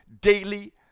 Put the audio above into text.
daily